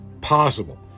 possible